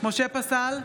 משה פסל,